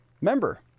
member